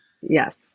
Yes